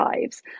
lives